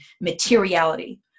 materiality